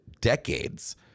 decades